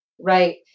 Right